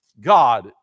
God